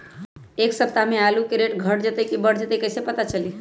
एक सप्ताह मे आलू के रेट घट ये बढ़ जतई त कईसे पता चली?